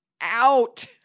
out